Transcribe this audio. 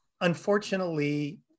Unfortunately